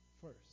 first